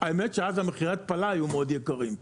האמת שאז מחירי ההתפלה היו מאוד יקרים,